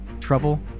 Trouble